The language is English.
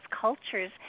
cultures